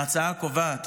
ההצעה קובעת